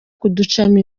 kuducamo